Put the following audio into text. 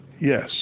yes